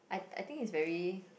I I think is very